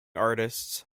artists